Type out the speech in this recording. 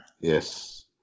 Yes